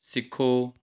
ਸਿੱਖੋ